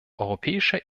europäischer